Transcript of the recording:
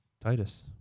Titus